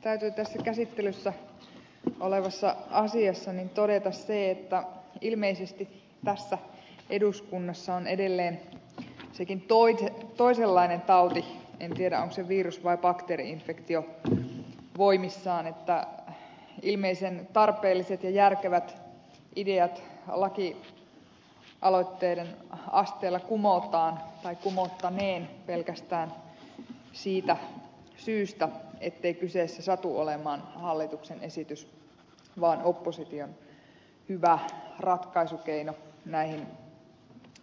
täytyy tässä käsittelyssä olevassa asiassa todeta se että ilmeisesti tässä eduskunnassa on edelleen sekin toisenlainen tauti en tiedä onko se virus vai bakteeri infektio voimissaan että ilmeisen tarpeelliset ja järkevät ideat lakialoitteiden asteella kumottaneen pelkästään siitä syystä ettei kyseessä satu olemaan hallituksen esitys vaan opposition hyvä ratkaisukeino näihin